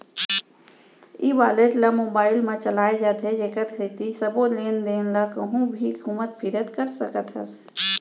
ई wallet ल mobile म चलाए जाथे जेकर सेती सबो लेन देन ल कहूँ भी घुमत फिरत कर सकत हस